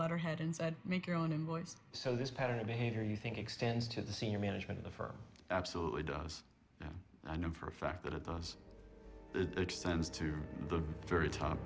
letterhead and make your own invoice so this pattern of behavior you think extends to the senior management of her absolutely does and i know for a fact that it does it extends to the very top